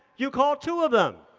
you call two of them.